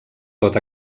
pot